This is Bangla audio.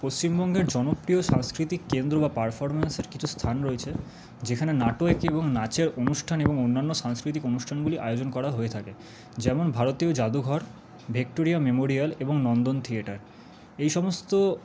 পশ্চিমবঙ্গের জনপ্রিয় সাংস্কৃতিক কেন্দ্র বা পারফরমেন্সের কিছু স্থান রয়েছে যেখানে নাটক এবং নাচের অনুষ্ঠান এবং অন্যান্য সাংস্কৃতিক অনুষ্ঠানগুলি আয়োজন করা হয়ে থাকে যেমন ভারতীয় যাদুঘর ভিক্টোরিয়া মেমোরিয়াল এবং নন্দন থিয়েটার এই সমস্ত